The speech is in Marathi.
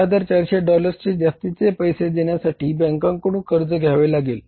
आपल्याला 15400 डॉलर्सचे जास्तीचे पैसे देण्यासाठी बँकेकडून कर्ज घ्यावे लागले